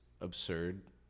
absurd